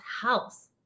house